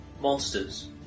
monsters